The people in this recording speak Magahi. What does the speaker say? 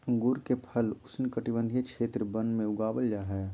अंगूर के फल उष्णकटिबंधीय क्षेत्र वन में उगाबल जा हइ